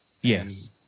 Yes